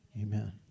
amen